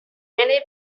many